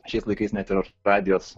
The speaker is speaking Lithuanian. šiais laikais net ir radijas